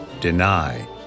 deny